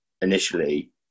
initially